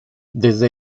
desde